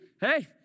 hey